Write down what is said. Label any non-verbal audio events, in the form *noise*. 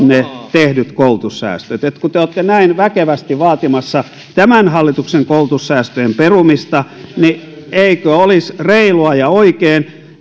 tehdyt koulutussäästöt kun te olette näin väkevästi vaatimassa tämän hallituksen koulutussäästöjen perumista niin eikö olisi reilua ja oikein *unintelligible*